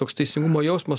toks teisingumo jausmas